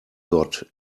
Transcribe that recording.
got